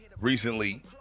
recently